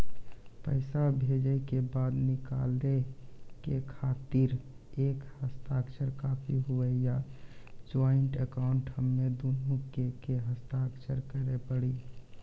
पैसा भेजै के बाद निकाले के खातिर एक के हस्ताक्षर काफी हुई या ज्वाइंट अकाउंट हम्मे दुनो के के हस्ताक्षर करे पड़ी?